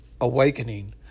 awakening